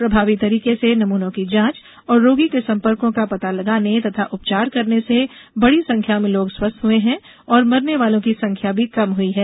प्रभावी तरीके से नमूनों की जांच और रोगी के सम्पर्कों का पता लगाने तथा उपचार करने से बड़ी संख्या में लोग स्वस्थ हुए हैं और मरने वालों की संख्या भी कम हुई है